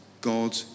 God